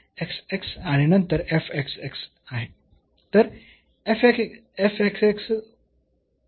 तर x आणि नंतर आहे